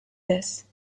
this